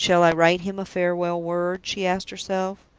shall i write him a farewell word? she asked herself.